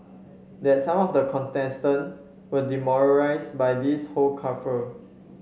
that some of the contestants were demoralised by this whole kerfuffle